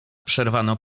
przerwano